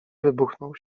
wybuchnął